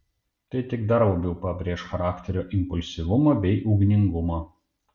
tai tik dar labiau pabrėš charakterio impulsyvumą bei ugningumą